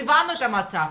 הבנו את המצב,